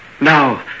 Now